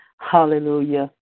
Hallelujah